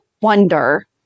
wonder